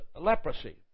leprosy